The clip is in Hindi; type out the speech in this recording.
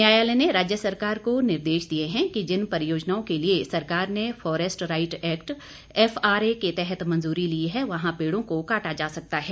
न्यायालय ने राज्य सरकार को निर्देश दिये हैं कि जिन परियोजनाओं के लिये सरकार ने फॉरेस्ट राईट एक्ट एफआरए के तहत मंजूरी ली है वहां पेड़ों को काटा जा सकता है